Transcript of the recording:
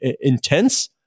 intense